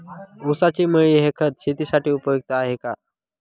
ऊसाची मळी हे खत शेतीसाठी उपयुक्त आहे का?